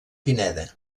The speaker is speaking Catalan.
pineda